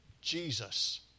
Jesus